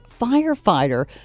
firefighter